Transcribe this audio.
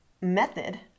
method